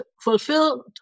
fulfilled